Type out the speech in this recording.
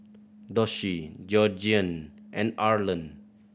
Doshie Georgiann and Arland